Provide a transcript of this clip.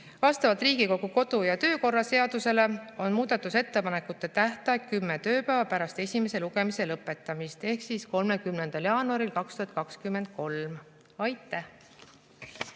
Vastavalt Riigikogu kodu‑ ja töökorra seadusele on muudatusettepanekute tähtaeg kümme tööpäeva pärast esimese lugemise lõpetamist ehk 30. jaanuaril 2023. Aitäh!